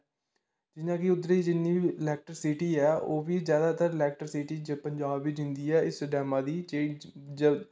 जि'यां कि उद्धर दी जिन्नी बी एल्कट्रसिटी ऐ ओह् ज्यादा तर ऐल्कट्रसिटी पंजाब च जंदी ऐ इस डेमा दी जेहड़ी